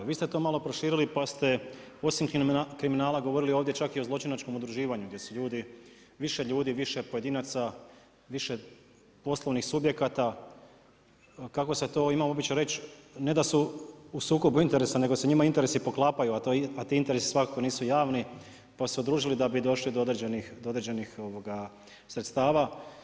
Vi ste to malo proširili, pa ste osim kriminala govorili ovdje čak i o zločinačkom udruživanju, gdje su ljudi, više ljudi, više pojedinaca, više poslovnih subjekata kako se to ima običaj reći ne da su u sukobu interesa nego se njima interesi poklapaju, a ti interesi svakako nisu javni pa su se udružili da bi došli do određenih sredstava.